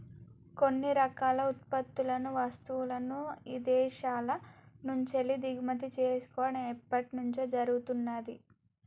కొన్ని రకాల ఉత్పత్తులను, వస్తువులను ఇదేశాల నుంచెల్లి దిగుమతి చేసుకోడం ఎప్పట్నుంచో జరుగుతున్నాది